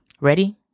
ready